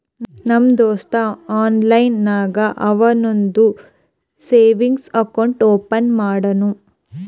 ನಮ್ ದೋಸ್ತ ಆನ್ಲೈನ್ ನಾಗೆ ಅವಂದು ಸೇವಿಂಗ್ಸ್ ಅಕೌಂಟ್ ಓಪನ್ ಮಾಡುನೂ